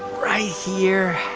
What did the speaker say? right here,